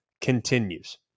continues